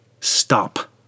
stop